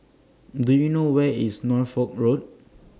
Do YOU know Where IS Norfolk Road